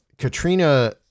Katrina